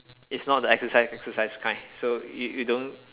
it's not the exercise exercise kind so you you don't